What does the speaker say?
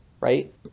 right